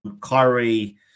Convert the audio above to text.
Kyrie